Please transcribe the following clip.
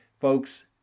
Folks